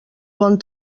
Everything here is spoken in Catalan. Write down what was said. bon